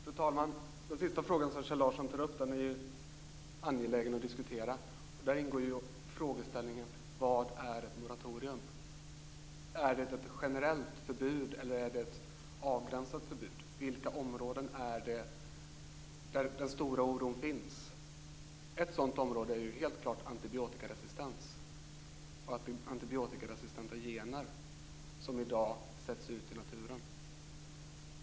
Fru talman! Den fråga som Kjell Larsson tar upp är angelägen att diskutera. Där ingår frågan: Vad är ett moratorium? Är det ett generellt förbud, eller är det ett avgränsat förbud? Vilka områden är det där den stora oron finns? Ett sådant område är helt klart antibiotikaresistens och antibiotikaresistenta gener som i dag sätts ut i naturen.